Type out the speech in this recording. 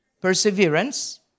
perseverance